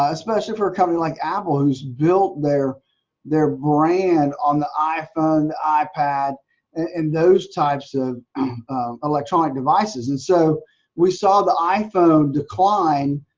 ah especially for coming like apple who's built their their brand on the iphone ah ipad and those types of electronic devices and so we saw the iphone decline,